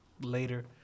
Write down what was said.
later